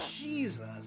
jesus